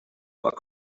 about